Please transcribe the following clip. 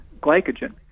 glycogen